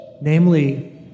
Namely